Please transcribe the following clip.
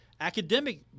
Academic